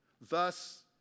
Thus